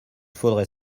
faudrait